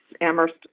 Amherst